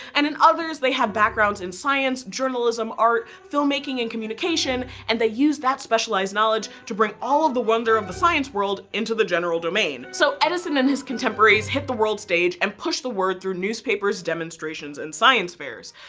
in others they have backgrounds in science, journalism, art, filmmaking, and communications and they use that specialized knowledge to bring all of the wonder the science world into the general domain. so edison and his contemporaries hit the world stage and pushed the word through newspapers, demonstrations, and science fairs.